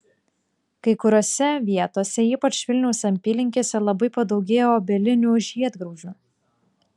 kai kuriose vietose ypač vilniaus apylinkėse labai padaugėjo obelinių žiedgraužių